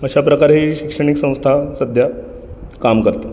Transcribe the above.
अशा प्रकारेही शैक्षणिक संस्था सध्या काम करतात